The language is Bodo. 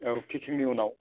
औ फिटिंनि उनाव